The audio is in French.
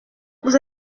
vous